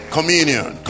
communion